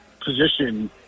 position